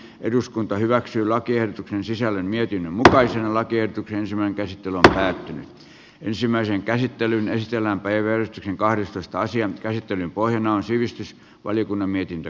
eduskunta hyväksyy lakiehdotuksen sisällön mietin mutkaisella tietty kärsimän käsitellä tänään ensimmäisen käsittelyn ystävänpäivä on kahdestoista asian käsittelyn pohjana on sivistysvaliokunnan mietintö